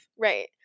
Right